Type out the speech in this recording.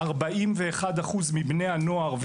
41% מבני הנוער,